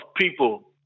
people